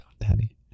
daddy